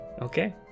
Okay